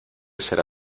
será